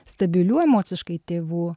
stabilių emociškai tėvų